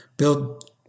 build